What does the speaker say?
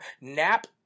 Nap